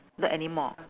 not anymore